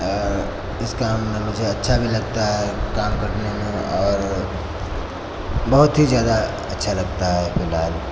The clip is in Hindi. और इस काम में मुझे अच्छा भी लगता है काम करने में और बहुत ही ज़्यादा अच्छा लगता है फ़िलहाल